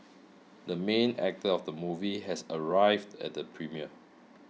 the main actor of the movie has arrived at the premiere